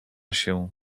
się